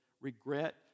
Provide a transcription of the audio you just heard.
regret